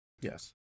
Yes